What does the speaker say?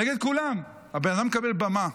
נגד כולם, הבן אדם מקבל במה.